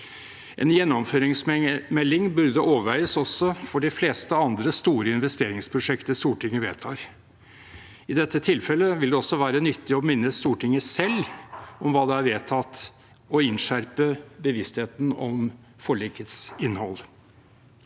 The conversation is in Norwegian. En gjennomføringsmelding burde overveies også for de fleste andre store investeringsprosjekter Stortinget vedtar. I dette tilfellet vil det også være nyttig å minne Stortinget selv om hva det har vedtatt, og innskjerpe bevisstheten om forlikets innhold.